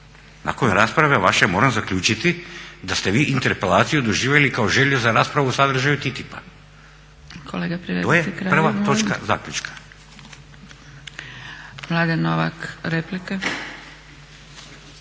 Nakon ove rasprave vaše moram zaključiti da ste vi interpelaciju doživjeli kao želju za raspravu o sadržaju TTIP-a. … /Upadica Zgrebec: